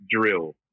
drill